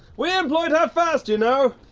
we employed her first, you know!